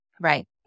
Right